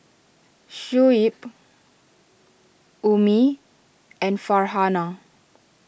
Shuib Ummi and Farhanah